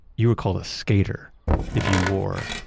you were called a skater if you wore